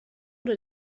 did